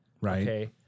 Right